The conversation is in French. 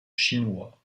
chinois